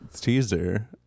teaser